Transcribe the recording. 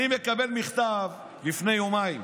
אני מקבל מכתב לפני יומיים,